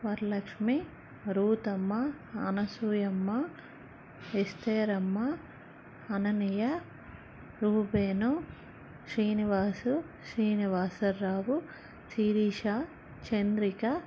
Varalakshmi Ruthamma Anasuyamma Estheramma Ananya Rupen Srinivasu Srinivasarao Sirisha Chandrika